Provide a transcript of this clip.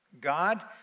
God